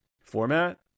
format